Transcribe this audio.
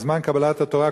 בזמן קבלת התורה,